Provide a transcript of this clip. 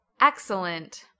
Excellent